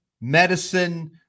medicine